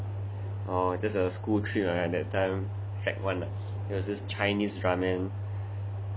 oh there's a school trip right that time sec one ah there was this chinese ramen